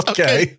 Okay